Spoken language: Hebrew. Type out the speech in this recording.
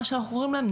מה שאנחנו קוראים להם,